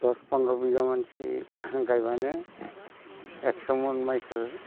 दस फनद्र' बिगा मानसि गायबानो एकस' मन माइखौ